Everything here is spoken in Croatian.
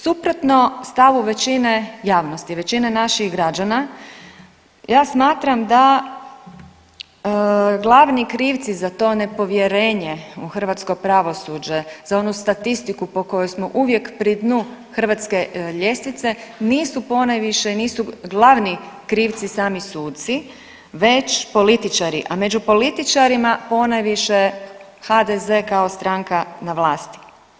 Suprotno stavu većine javnosti, većine naših građana, ja smatram da glavni krivci za to nepovjerenje u hrvatsko pravosuđe, za onu statistiku po kojoj smo uvijek pri dnu hrvatske ljestvice, nisu ponajviše i nisu glavni krivci sami suci već političari, a među političarima ponajviše HDZ kao stranka na vlasti.